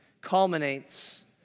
culminates